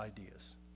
Ideas